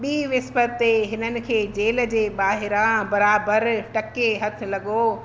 ॿी विसपति ते हिननि खे जेल जे ॿाहिरां बराबरि टके हथ लॻो